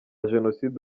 jenoside